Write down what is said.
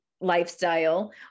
lifestyle